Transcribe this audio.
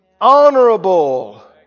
honorable